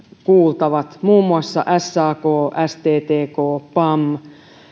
kuultavat muun muassa sak sttk pam